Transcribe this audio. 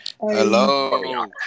Hello